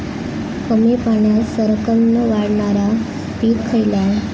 कमी पाण्यात सरक्कन वाढणारा पीक खयला?